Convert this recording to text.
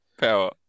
power